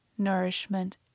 Nourishment